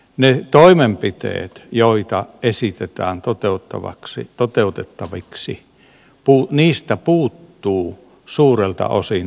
niistä toimenpiteistä joita esitetään toteutettaviksi puuttuu suurelta osin vaikuttavuuden arviointi